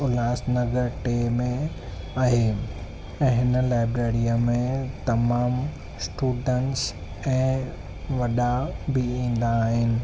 उल्हास नगर टे में आहे ऐं हिन लाइब्रेरीअ में तमामु स्टुडेंट्स ऐं वॾा बि ईंदा आहिनि